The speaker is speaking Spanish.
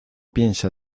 piensa